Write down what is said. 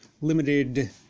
limited